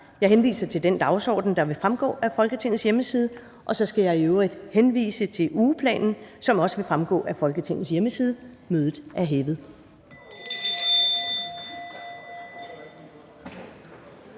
Jeg henviser til den dagsorden, der vil fremgå af Folketingets hjemmeside. Jeg skal i øvrigt henvise til ugeplanen, som også vil fremgå af Folketingets hjemmeside. Mødet er hævet.